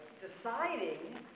deciding